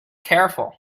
careful